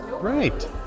Right